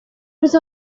روز